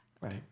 Right